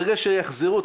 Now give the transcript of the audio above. ברגע שיחזרו,